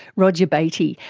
roger beaty,